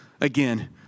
again